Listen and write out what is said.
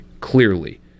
clearly